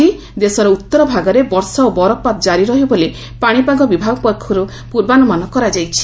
ଆଜି ଦେଶର ଉତ୍ତର ଭାଗରେ ବର୍ଷା ଓ ବରଫପାତ ଜାରି ରହିବ ବୋଲି ପାଣିପାଗ ବିଭାଗ ପକ୍ଷରୁ ସୂଚନା ପ୍ରଦାନ କରାଯାଇଛି